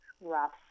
rough